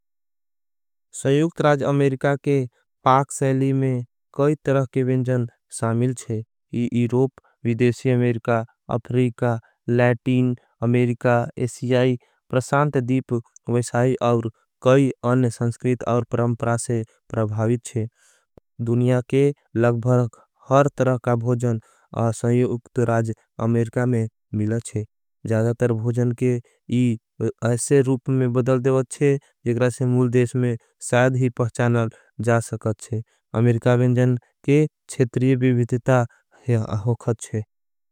स्वागत राज अमेरिका के पाक शैली में कई तरह के। बिनजन सामिल छे ये इरोप, विदेशी अमेरिका। अफरीका, लैटीन, अमेरिका, एसियाई प्रसान्त दीप। विशाई और कई अन्य संस्कृत और प्रमप्रा से प्रभावित छे। दुनिया के लगभरख हर तर शायद ही पहचानल जा सकत छे। अमेरिका बिनजन के छेतरिय विविधिता है अहोखच छे।